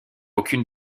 aucune